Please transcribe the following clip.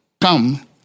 come